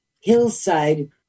hillside